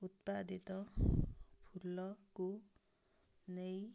ଉତ୍ପାଦିତ ଫୁଲକୁ ନେଇ